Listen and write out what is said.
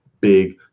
big